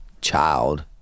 child